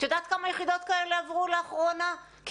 את יודעת כמה יחידות כאלה עברו לאחרונה כי